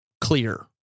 clear